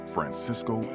Francisco